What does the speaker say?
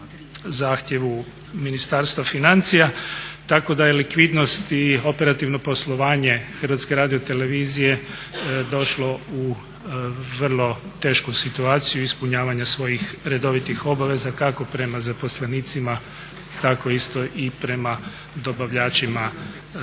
zahtjevu Ministarstva financija tako da je likvidnost i operativno poslovanje Hrvatske radiotelevizije došlo u vrlo tešku situaciju ispunjavanja svojih redovitih obaveza kako prema zaposlenicima tako isto i prema dobavljačima Hrvatske radiotelevizije.